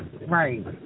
Right